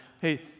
Hey